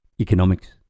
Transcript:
Economics